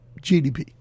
GDP